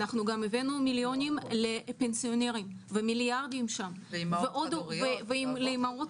גם הבאנו מיליונים לפנסיונרים ומיליארדים שם וגם לאמהות